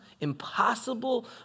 impossible